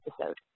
episode